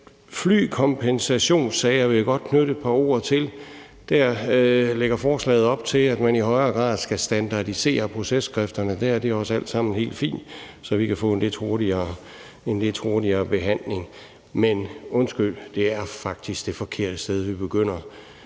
Flykompensationssager vil jeg godt knytte et par ord til. Der lægger forslaget op til, at man i højere grad skal standardisere processkrifterne. Det er også alt sammen helt fint, så vi kan få en lidt hurtigere behandling. Men undskyld, det er faktisk det forkerte sted, vi begynder.